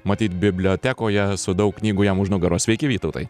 matyt bibliotekoje su daug knygų jam už nugaros sveiki vytautai